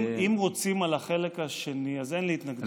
אם רוצים על החלק השני, אז אין לי התנגדות.